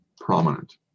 prominent